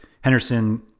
Henderson